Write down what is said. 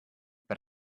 but